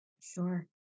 Sure